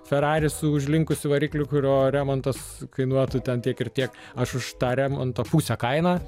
ferrari su už linkusiu varikliui kurio remontas kainuotų ten tiek ir tiek aš už tą remonto pusę kainą